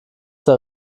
der